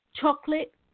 chocolate